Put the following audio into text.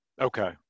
Okay